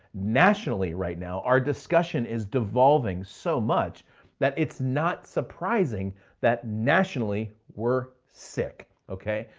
nationally, right now our discussion is devolving so much that it's not surprising that nationally we're sick. okay,